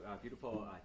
beautiful